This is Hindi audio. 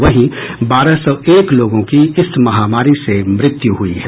वहीं बारह सौ एक लोगों की इस महामारी से मृत्यु हुई है